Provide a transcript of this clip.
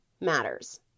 matters